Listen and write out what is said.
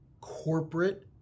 corporate